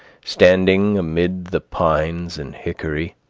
standing amid the pines and hickories.